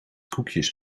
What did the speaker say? koekjes